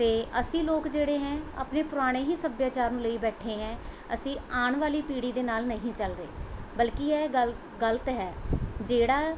ਅਤੇ ਅਸੀਂ ਲੋਕ ਜਿਹੜੇ ਹੈ ਆਪਣੇ ਪੁਰਾਣੇ ਹੀ ਸੱਭਿਆਚਾਰ ਨੂੰ ਲਈ ਬੈਠੇ ਹੈ ਅਸੀਂ ਆਉਣ ਵਾਲੀ ਪੀੜੀ ਦੇ ਨਾਲ਼ ਨਹੀਂ ਚੱਲਦੇ ਬਲਕਿ ਇਹ ਗੱਲ ਗ਼ਲਤ ਹੈ ਜਿਹੜਾ